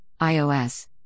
iOS